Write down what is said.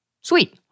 sweet